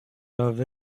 love